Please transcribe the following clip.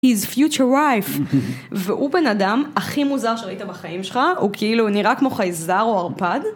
He's a future wife. והוא בן אדם הכי מוזר שראית בחיים שלך, הוא כאילו נראה כמו חייזר או ערפד.